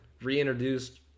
reintroduced